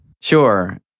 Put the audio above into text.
Sure